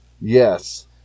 Yes